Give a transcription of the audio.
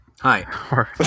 Hi